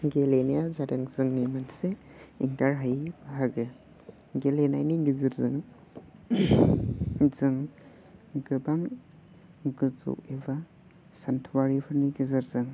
गेलेनाया जादों जोंनि मोनसे गाहाइ बाहागो गेलेनायनि गेजेरजों जों गोबां गोजौ एबा सान्थौआरिफोरनि गेजेरजों